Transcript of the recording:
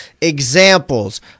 examples